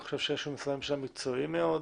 אני חושב שיש לנו משרדי ממשלה מקצועיים מאוד,